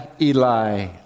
Eli